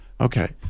Okay